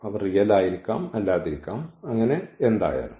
അവ റിയൽ ആയിരിക്കാം അല്ലാതിരിക്കാം അങ്ങനെ എന്തായാലും